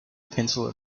pencil